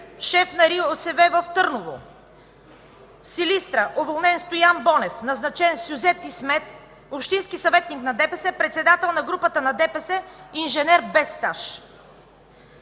шеф на РИОСВ в Търново. В Силистра – уволнен Стоян Бонев, назначен Сюзет Исмет, общински съветник на ДПС, председател на групата на ДПС, инженер без стаж.